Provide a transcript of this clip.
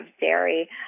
dairy